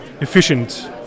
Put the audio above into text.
efficient